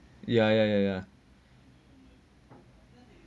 ya ya ya ya